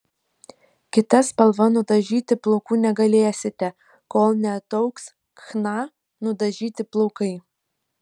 kita spalva nudažyti plaukų negalėsite kol neataugs chna nudažyti plaukai